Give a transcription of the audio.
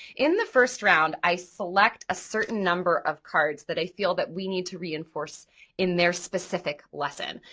in the first round, i select a certain number of cards that i feel that we need to reinforce in their specific lesson,